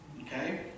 Okay